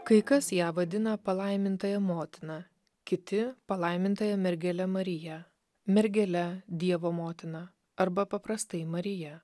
kai kas ją vadina palaimintąja motina kiti palaimintąja mergele marija mergele dievo motina arba paprastai marija